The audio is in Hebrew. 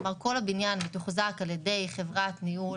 כלומר כל הבניין יתוחזק על ידי חברת ניהול